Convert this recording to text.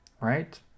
Right